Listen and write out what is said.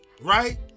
Right